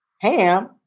ham